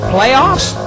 Playoffs